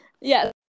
Yes